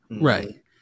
Right